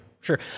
sure